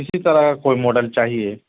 اسی طرح کا کوئی ماڈل چاہیے